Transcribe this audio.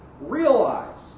realize